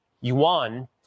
yuan